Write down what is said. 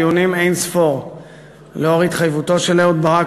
דיונים אין-ספור לאור התחייבותו של אהוד ברק,